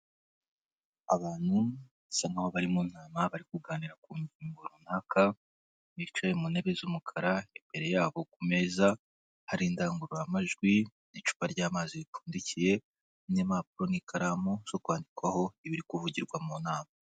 Abantu basa nkaho bari mu nama, bari kuganira ku ngingo runaka, bicaye mu ntebe z'umukara, imbere yabo ku meza hari indangururamajwi n'icupa ry'amazi ripfundikiye, n'impapuro n'ikaramu zo kwandikwaho ibiri kuvugirwa mu nama.